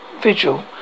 vigil